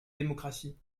démocratie